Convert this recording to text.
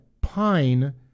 pine